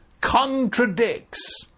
contradicts